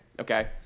Okay